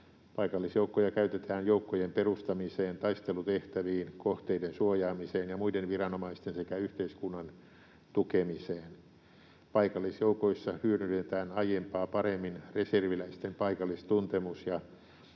Paikallisjoukkoja käytetään joukkojen perustamiseen, taistelutehtäviin, kohteiden suojaamiseen ja muiden viranomaisten sekä yhteiskunnan tukemiseen. Paikallisjoukoissa hyödynnetään aiempaa paremmin reserviläisten paikallistuntemus ja